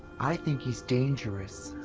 i think he's dangerous.